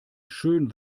schön